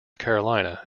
carolina